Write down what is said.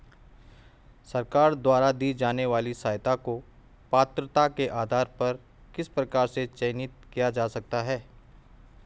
सरकार द्वारा दी जाने वाली सहायता को पात्रता के आधार पर किस प्रकार से चयनित किया जा सकता है?